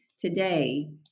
today